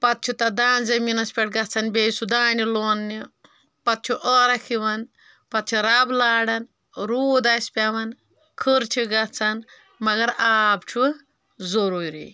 پتہٕ چھُ تتھ دان زٔمیٖنس پٮ۪ٹھ گژھان تہٕ بیٚیہِ سُہ دانہِ لوننہِ پتہٕ چھُ عٲرق یِوان پتہٕ چھِ رب لاران روٗد آسہِ پٮ۪وان کھٕر چھِ گژھان مگر آب چھُ ضروٗری